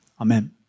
Amen